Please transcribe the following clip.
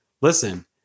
listen